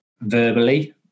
verbally